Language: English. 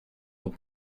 will